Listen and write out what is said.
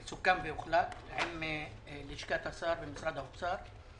סוכם והוחלט עם לשכת השר ומשרד האוצר.